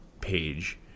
page